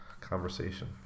conversation